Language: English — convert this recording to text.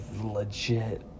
legit